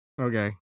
Okay